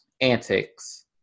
antics